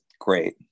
great